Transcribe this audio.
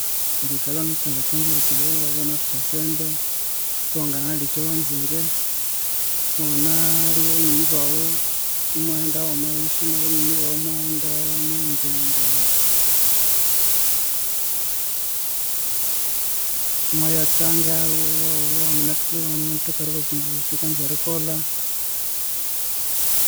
Erikalha iwunatsangatsangire kyikalukirira iwabya iwunawithe esyasente iwanganalya ekyawanzire, iwanganalebya banyoni bawu imwaghenda haghuma eyihya nabanyonyi bawu imwaghenda imwaya enjoyinga, imwaya tsanga iwawanganathwamu ekyindu kyosi ekyawukanza erikolha